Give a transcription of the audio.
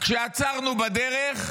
כשעצרנו בדרך,